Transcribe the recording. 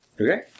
Okay